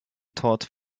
taught